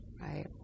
right